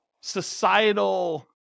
societal